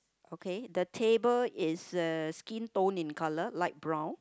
okay the table is uh skin tone in colour light brown